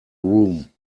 room